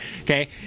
okay